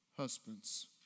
Husbands